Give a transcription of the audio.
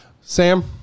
Sam